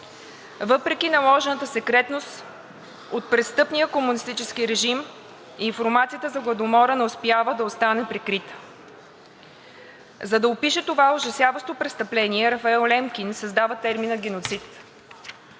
Въпреки наложената секретност от престъпния комунистически режим информацията за Гладомора не успява да остане прикрита. За да опише това ужасяващо престъпление Рафаел Лемкин създава термина геноцид.